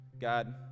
God